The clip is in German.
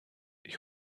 ich